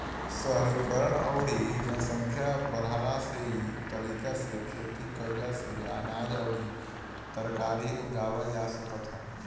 शहरीकरण अउरी जनसंख्या बढ़ला से इ तरीका से खेती कईला से अनाज अउरी तरकारी उगावल जा सकत ह